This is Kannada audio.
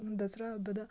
ದಸರಾ ಹಬ್ಬದ